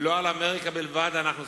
ולא על אמריקה בלבד אנו סמוכים.